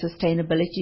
sustainability